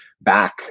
back